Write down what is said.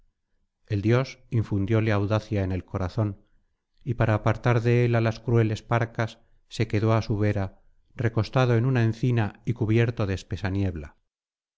el dios infundióle audacia en el corazón y para apartar de él á las crueles parcas se quedó á su vera recostado en una encina y cubierto de espesa niebla